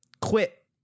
quit